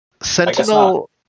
Sentinel